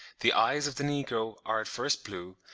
the eyes of the negro are at first blue,